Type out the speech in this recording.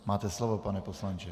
Máte slovo, pane poslanče.